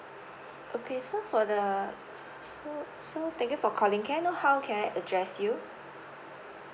okay so for the so so thank you for calling can I know how can I address you